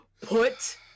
put